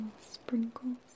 sprinkles